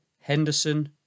Henderson